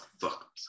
fuck